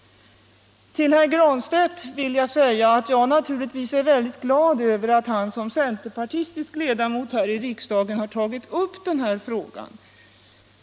Till herr Granstedt vill jag säga att jag naturligtvis är väldigt glad över att han som centerpartistisk ledamot här i riksdagen har tagit upp denna fråga.